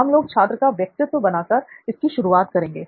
हम लोग छात्र का व्यक्तित्व बनाकर इसकी शुरुआत करेंगे